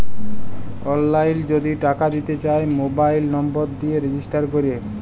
অললাইল যদি টাকা দিতে চায় মবাইল লম্বর দিয়ে রেজিস্টার ক্যরে